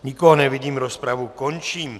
Nikoho nevidím, rozpravu končím.